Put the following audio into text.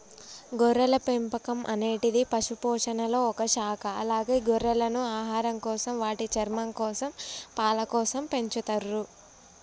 గొర్రెల పెంపకం అనేటిది పశుపోషణలొ ఒక శాఖ అలాగే గొర్రెలను ఆహారంకోసం, వాటి చర్మంకోసం, పాలకోసం పెంచతుర్రు